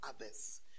others